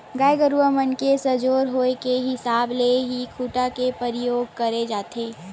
गाय गरुवा मन के सजोर होय के हिसाब ले ही खूटा के परियोग करे जाथे